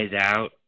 out